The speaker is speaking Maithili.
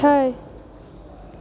छै